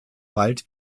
bald